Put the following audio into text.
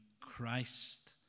Christ